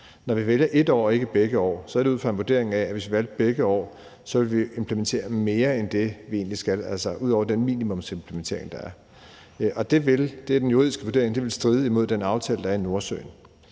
Når vi vælger ét år og ikke begge år, er det ud fra en vurdering af, at hvis vi valgte begge år, ville vi implementere mere end det, vi egentlig skal, altså ud over den minimumsimplementering, der er, og det er den juridiske vurdering, at det ville stride imod den aftale, der er vedrørende